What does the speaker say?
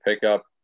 pickup